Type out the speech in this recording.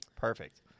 perfect